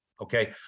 Okay